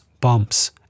bumps